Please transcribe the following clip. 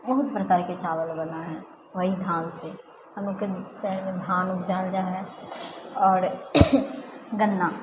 बहुत प्रकारके चावल बनै है वही धानसँ हमलोगके शहरमे धान उपजायल जाइ है आओर गन्ना